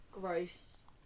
gross